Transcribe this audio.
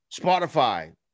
Spotify